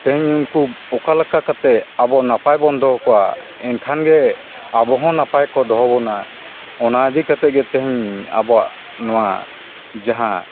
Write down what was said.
ᱛᱮᱦᱮᱧ ᱩᱱᱠᱩ ᱚᱠᱟ ᱞᱮᱠᱟ ᱠᱟᱛᱮᱫ ᱱᱟᱯᱟᱭ ᱵᱚᱱ ᱫᱚᱦᱚ ᱠᱚᱣᱟ ᱮᱱᱠᱷᱟᱱ ᱜᱮ ᱟᱵᱚ ᱦᱚᱸ ᱱᱟᱯᱟᱭ ᱠᱚ ᱫᱚᱦᱚ ᱵᱚᱱᱟ ᱚᱱᱟ ᱤᱫᱤ ᱠᱟᱛᱮᱫ ᱜᱮ ᱛᱮᱦᱮᱧ ᱟᱵᱚᱣᱟᱜ ᱱᱚᱣᱟ ᱡᱟᱦᱟᱸ